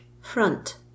front